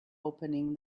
opening